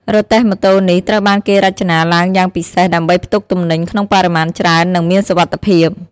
រទេះម៉ូតូនេះត្រូវបានគេរចនាឡើងយ៉ាងពិសេសដើម្បីផ្ទុកទំនិញក្នុងបរិមាណច្រើននិងមានសុវត្ថិភាព។